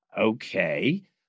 okay